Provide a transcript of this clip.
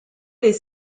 les